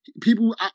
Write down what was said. people